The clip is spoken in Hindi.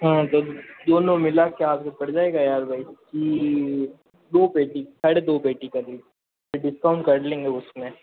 हाँ दो दोनों मिला के आपको पड़ जाएगा यार वही कि दो पेटी साढ़े दो पेटी क़रीब डिस्काउंट कर लेंगे उस में